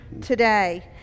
today